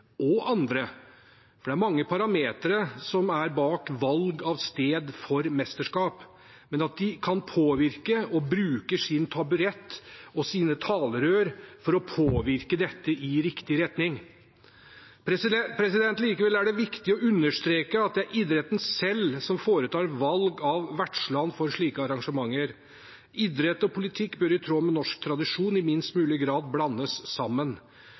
og også andre, for det er mange parametere som er bak valg av sted for mesterskap – bruker sin taburett og sine talerør for å påvirke dette i riktig retning. Likevel er det viktig å understreke at det er idretten selv som foretar valg av vertsland for slike arrangementer. Idrett og politikk bør – i tråd med norsk tradisjon – i minst mulig grad blandes sammen.